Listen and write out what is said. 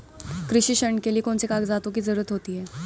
कृषि ऋण के लिऐ कौन से कागजातों की जरूरत होती है?